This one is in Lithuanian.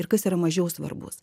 ir kas yra mažiau svarbus